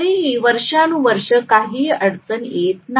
तरी ही वर्षानुवर्षे काहीही अडचण येत नाही